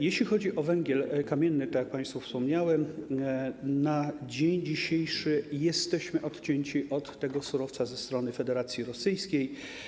Jeśli chodzi o węgiel kamienny, tak jak państwu wspomniałem, na dzień dzisiejszy jesteśmy odcięci od tego surowca ze strony Federacji Rosyjskiej.